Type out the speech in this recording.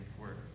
work